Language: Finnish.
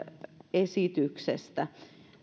esityksestä